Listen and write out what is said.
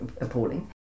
appalling